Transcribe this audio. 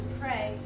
pray